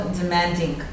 demanding